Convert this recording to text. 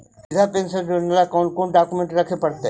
वृद्धा पेंसन योजना ल कोन कोन डाउकमेंट रखे पड़तै?